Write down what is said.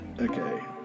okay